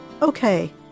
Okay